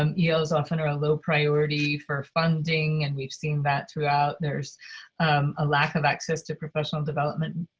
um yeah els often are a low priority for funding and we've seen that throughout, there's a lack of access to professional development,